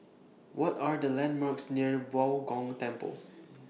What Are The landmarks near Bao Gong Temple